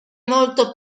molto